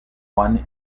one